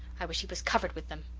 i wish he was covered with them.